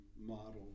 model